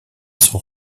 son